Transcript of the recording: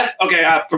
okay